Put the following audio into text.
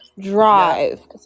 drive